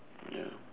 ya